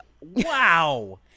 Wow